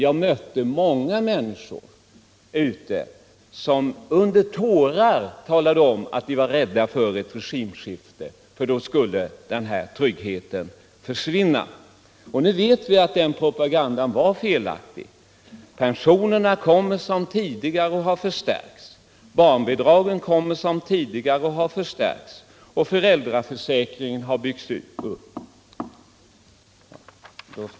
Jag mötte många människor ute, som under tårar talade om att de var rädda för ett regimskifte, för då skulle den sociala tryggheten försvinna, trodde de. Nu vet vi att den propagandan var felaktig. Pensionerna kommer som tidigare och har förstärkts, barnbidragen kommer som tidigare och har förstärkts, och föräldraförsäkringen har byggts ut.